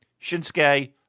Shinsuke